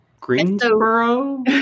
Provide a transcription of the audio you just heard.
Greensboro